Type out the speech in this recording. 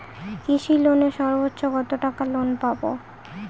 কৃষি লোনে সর্বোচ্চ কত টাকা লোন পাবো?